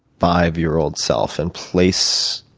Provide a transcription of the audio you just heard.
five year old self, and place